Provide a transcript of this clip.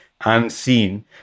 unseen